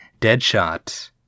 Deadshot